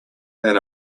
than